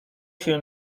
się